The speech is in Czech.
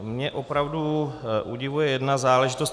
Mě opravdu udivuje jedna záležitost.